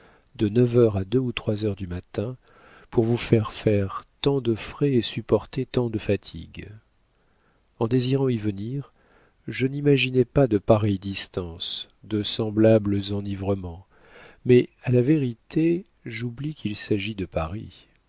de neuf heures à deux ou trois heures du matin pour vous faire faire tant de frais et supporter tant de fatigues en désirant y venir je n'imaginais pas de pareilles distances de semblables enivrements mais à la vérité j'oublie qu'il s'agit de paris